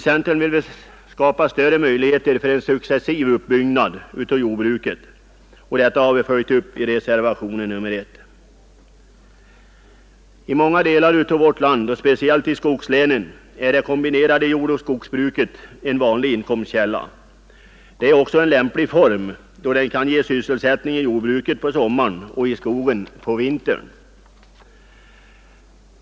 Centern vill skapa större möjligheter för en successiv utbyggnad av jordbruket. Detta har vi följt upp i reservationen 1. I många delar av vårt land — speciellt i skogslänen — är det kombinerade jordoch skogsbruket en vanlig inkomstkälla. Det är också en lämplig form, då den kan ge sysselsättning i jordbruket på sommaren och i skogen på vintern.